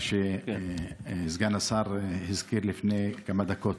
מה שהזכיר סגן השר לפני כמה דקות.